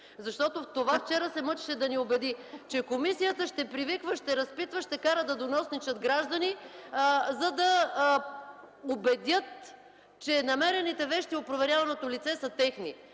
вещи. В това вчера се мъчеше да ни убеди – че комисията ще привиква, ще разпитва, ще кара граждани да доносничат, за да я убедят, че намерените вещи у проверяваното лице са техни.